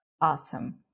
Awesome